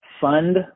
fund